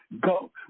Go